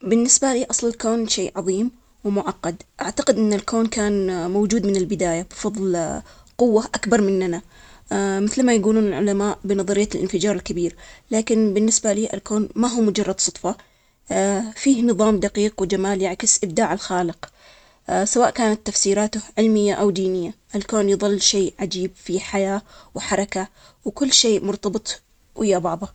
بالنسبة لأصل الكون شيء عظيم ومعقد، أعتقد أن الكون كان موجود من البداية بفضل قوة أكبر مننا. مثل ما يقولون العلماء بنظرية الإنفجار الكبير، لكن بالنسبة لي الكون ما هو مجرد صدفة، فيه نظام دقيق وجمال يعكس إبداع الخالق سواء كانت تفسيراته علمية أو دينية، الكون يظل شيء عجيب في حياة وحركة وكل شيء مرتبط ويا بعضه.